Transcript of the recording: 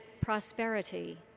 prosperity